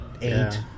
eight